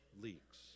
leaks